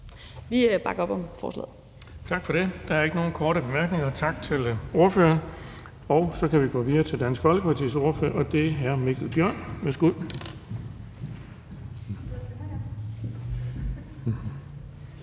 formand (Erling Bonnesen): Tak for det. Der er ikke nogen korte bemærkninger. Tak til ordføreren. Så kan vi gå videre til Dansk Folkepartis ordfører, og det er hr. Mikkel Bjørn. Værsgo.